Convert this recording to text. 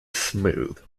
smooth